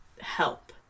Help